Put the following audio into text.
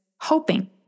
hoping